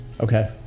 Okay